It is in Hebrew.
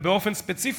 ובאופן ספציפי,